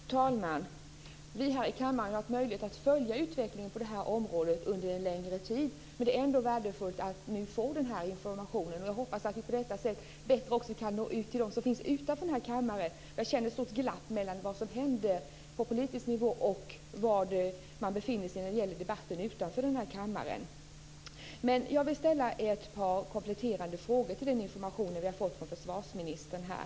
Fru talman! Vi här i kammaren har haft möjlighet att följa utvecklingen på det här området under en längre tid, men det är ändå värdefullt att nu få den här informationen. Jag hoppas att vi på detta sätt också bättre kan nå ut till dem som finns utanför kammaren. Jag känner att det finns ett stort glapp mellan vad som händer på politisk nivå och var man befinner sig i debatten utanför den här kammaren. Jag vill ställa ett par kompletterande frågor till den information som vi har fått från försvarsministern här.